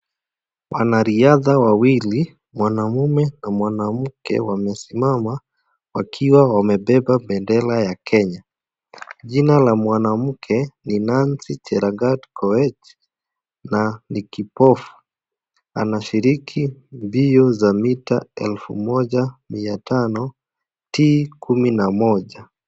Wanariadha wawili mwanaume na mwanamke wamesimama wakiwa wamebeba bendera ya Kenya. Jina la mwanamke ni Nancy Chelagat koech na ni kipofu. Anashiriki mbio za mita 1500 T11.